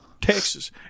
Texas